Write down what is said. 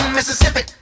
Mississippi